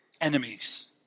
Enemies